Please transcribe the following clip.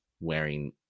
wearing